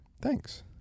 Thanks